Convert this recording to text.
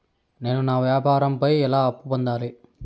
నేను నా వ్యాపారం పై ఎలా అప్పు పొందాలి?